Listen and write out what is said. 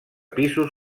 pisos